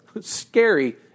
Scary